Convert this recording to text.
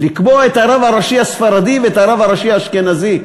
לקבוע את הרב הראשי הספרדי ואת הרב הראשי האשכנזי.